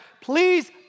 Please